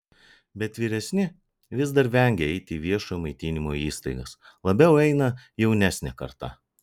bet vyresni vis dar vengia eiti į viešojo maitinimo įstaigas labiau eina jaunesnė karta